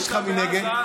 מיקי,